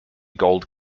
gold